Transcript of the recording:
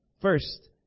first